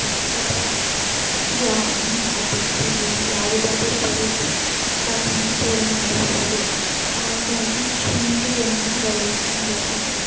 tea ಅಥವಾ ಯಾವ ಅದಕ್ಕೆ ಏ ಯಾವುದಾದರೂ ಬೆರೆಸಿ ಕಾಫಿಯನ್ನು ಸೇವನೆ ಮಾಡಬಹುದು ಹಾಗಾಗಿ ಶುಂಠಿಯನ್ನು ಬೆಳೆಯುತ್ತಾರೆ ಅದು